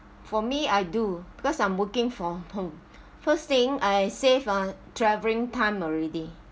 for me I do because I'm working from home first thing I save on travelling time already